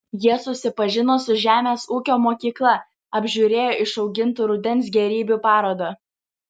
jie susipažino su žemės ūkio mokykla apžiūrėjo išaugintų rudens gėrybių parodą